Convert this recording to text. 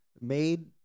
made